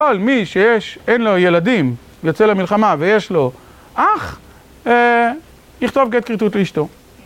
כל מי שיש, אין לו ילדים, יוצא למלחמה ויש לו אח, יכתוב גט כריתות לאשתו